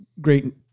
great